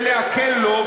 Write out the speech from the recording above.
ולעקל לו,